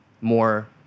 more